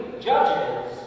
judges